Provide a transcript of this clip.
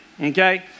okay